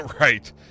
right